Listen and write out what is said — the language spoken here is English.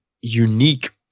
unique